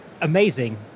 amazing